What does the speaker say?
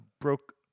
broke